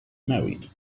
married